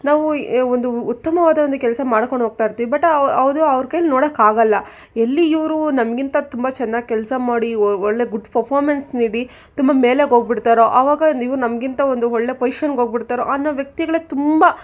ನಾವು ಒಂದು ಉತ್ತಮವಾದ ಒಂದು ಕೆಲಸ ಮಾಡ್ಕೊಂಡು ಹೋಗ್ತಾ ಇರ್ತೀವಿ ಬಟ್ ಅದು ಅವರ ಕೈಲಿ ನೋಡಕ್ಕೆ ಆಗಲ್ಲ ಎಲ್ಲಿ ಇವರು ನಮಗಿಂತ ತುಂಬ ಚೆನ್ನಾಗಿ ಕೆಲಸ ಮಾಡಿ ಒಳ್ಳೆಯ ಗುಡ್ ಫಫಾಮೆನ್ಸ್ ನೀಡಿ ತುಂಬ ಮೇಲೆಗೆ ಹೋಗ್ಬಿಡ್ತಾರೊ ಆವಾಗ ನೀವು ನಮಗಿಂತ ಒಂದು ಒಳ್ಳೆಯ ಪೊಸಿಷನ್ಗೆ ಹೋಗಿ ಬಿಡ್ತಾರೋ ಅನ್ನೋ ವ್ಯಕ್ತಿಗಳೇ ತುಂಬ